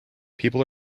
people